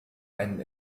einen